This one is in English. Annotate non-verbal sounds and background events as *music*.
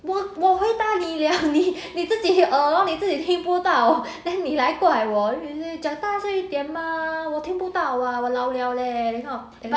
我我回答你了 *laughs* 你你自己耳聋你自己听不到 then 你来怪我你讲大声一点吗我听不到我我老了 leh that kind of thing